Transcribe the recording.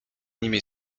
nimi